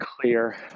clear